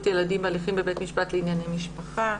ילדים בהליכים בבית משפט לענייני משפחה,